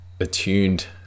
attuned